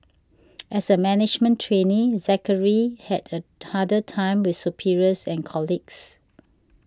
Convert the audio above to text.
as a management trainee Zachary had a harder time with superiors and colleagues